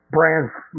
Brands